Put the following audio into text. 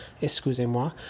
excusez-moi